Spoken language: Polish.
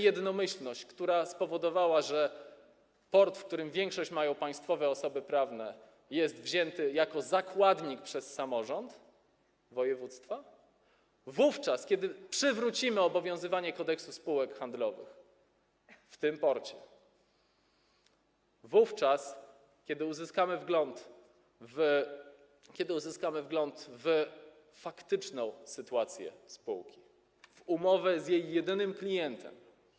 Jednomyślność, która spowodowała, że port, w którym większość mają państwowe osoby prawne, jest wzięty jako zakładnik przez samorząd województwa, zniesiemy wówczas, gdy przywrócimy obowiązywanie Kodeksu spółek handlowych w tym porcie, wówczas gdy uzyskamy wgląd w faktyczną sytuację spółki, w umowę z jej jedynym klientem.